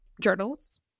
journals